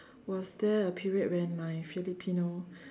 was there a period when my Filipino